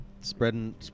Spreading